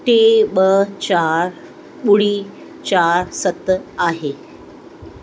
टे ॿ चारि ॿुड़ी चारि सत आहे